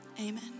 Amen